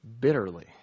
bitterly